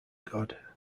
god